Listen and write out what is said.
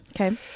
Okay